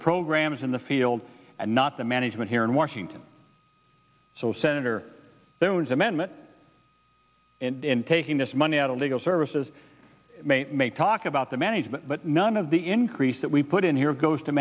programs in the field and not the management here in washington so senator there was amendment and taking this money out of legal services may talk about the management but none of the increase that we put in here goes to